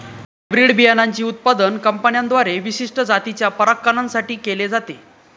hybrid बियाणांचे उत्पादन कंपन्यांद्वारे विशिष्ट जातीच्या परागकणां साठी केले जाते